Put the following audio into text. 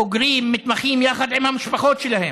בוגרים, מתמחים, יחד עם המשפחות שלהם,